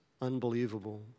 unbelievable